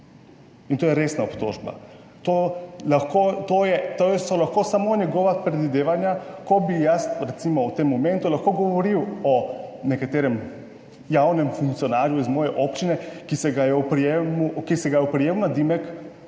in to je resna obtožba. To so lahko samo njegova predvidevanja, ko bi jaz, recimo, v tem momentu lahko govoril o nekaterem javnem funkcionarju iz moje občine, ki se ga je oprijel, ki